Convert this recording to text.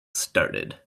started